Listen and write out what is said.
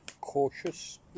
cautious